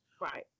Right